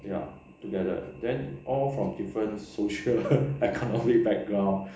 ya together then all from different social economic background